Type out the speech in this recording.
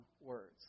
words